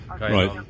right